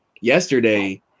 yesterday